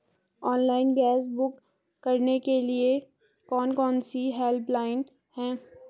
Online gas book करने के लिए कौन कौनसी हेल्पलाइन हैं?